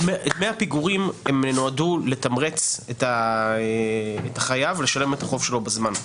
דמי הפיגורים נועדו לתמרץ את החייב לשלם את החוב שלו בזמן.